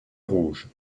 rouge